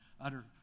utter